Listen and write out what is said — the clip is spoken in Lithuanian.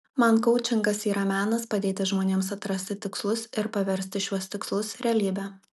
man koučingas yra menas padėti žmonėms atrasti tikslus ir paversti šiuos tikslus realybe